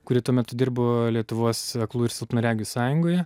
kuri tuo metu dirbo lietuvos aklųjų ir silpnaregių sąjungoje